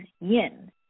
yin